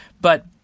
but-